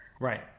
Right